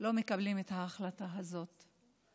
לא מקבלים את ההחלטה הזאת.